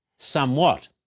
Somewhat